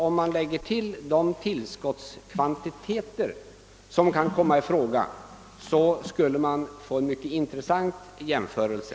Om man räknar in de tillskottskvanti teter som kan komma i fråga, tror jag att det skulle bli en mycket intressant jämförelse.